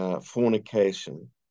fornication